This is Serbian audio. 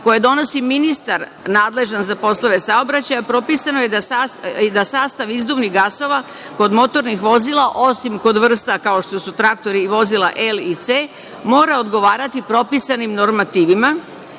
koje donosi ministar nadležan za poslove saobraćaja, propisano je da sastav izduvnih gasova kod motornih vozila, osim kod vrsta kao što su traktori i vozila L i C, mora odgovarati propisanim